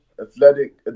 athletic